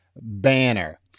banner